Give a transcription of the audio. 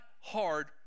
hard